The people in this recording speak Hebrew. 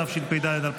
התשפ"ד 2024,